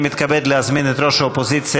אני מתכבד להזמין את ראש האופוזיציה